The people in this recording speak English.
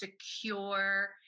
secure